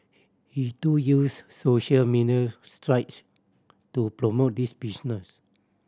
he too used social media straights to promote this business